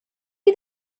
you